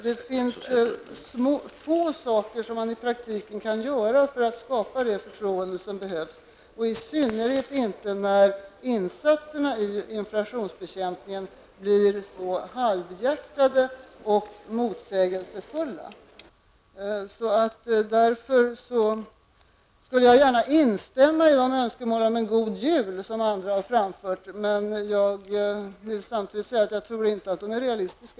Det finns få saker som man i praktiken kan göra för att skapa det förtroende som behövs, i synnerhet när insatserna i inflationsbekämpningen blir så halvhjärtade och motsägelsefulla. Därför skulle jag gärna instämma i de önskemål om en god jul som andra har framfört, men samtidigt säga att jag inte tror att de är realistiska.